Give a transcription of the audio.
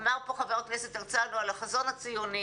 אמר פה חה"כ הרצנו על החזון הציוני,